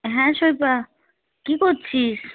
হ্যাঁ শৈব্যা কী করছিস